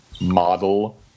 model